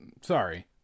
sorry